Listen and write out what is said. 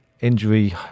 injury